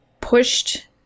pushed